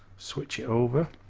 switch it over